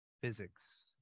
physics